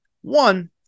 One